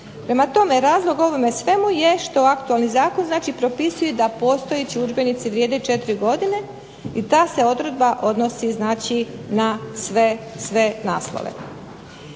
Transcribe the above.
Prema tome razlog ovome svemu je što aktualni zakon propisuje da postojeći udžbenici vrijede 4 godine i ta se odredba odnosi na sve naslove.